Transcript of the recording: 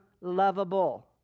lovable